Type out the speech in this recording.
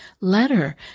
letter